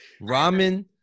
Ramen